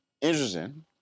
interesting